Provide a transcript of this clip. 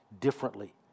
differently